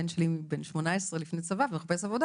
הבן שלי בן 18 לפני צבא ומחפש עבודה